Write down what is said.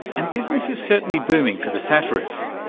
and business is certainly booming for the satirists.